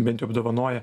bent jau apdovanoja